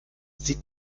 sie